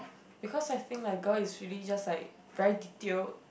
because I think like girl is really just like very detailed